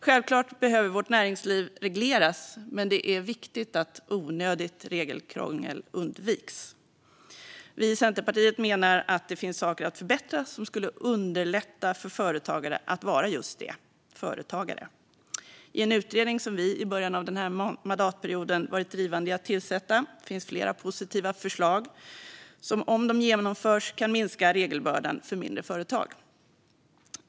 Självklart behöver vårt näringsliv regleras, men det är viktigt att onödigt regelkrångel undviks. Vi i Centerpartiet menar att det finns saker att förbättra som skulle underlätta för företagare att vara just företagare. I en utredning som vi i början av denna mandatperiod var drivande i att tillsätta finns flera positiva förslag som om de genomförs kan minska regelbördan för mindre företag.